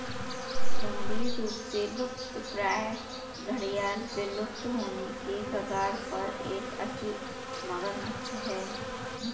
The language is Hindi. गंभीर रूप से लुप्तप्राय घड़ियाल विलुप्त होने के कगार पर एक अचूक मगरमच्छ है